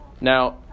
now